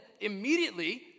immediately